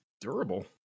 durable